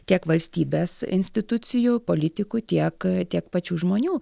tiek valstybės institucijų politikų tiek tiek pačių žmonių